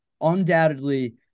undoubtedly